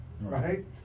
Right